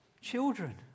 children